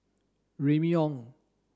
Remy Ong